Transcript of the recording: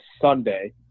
sunday